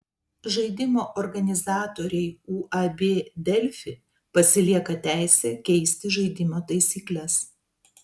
žaidimo organizatoriai uab delfi pasilieka teisę keisti žaidimo taisykles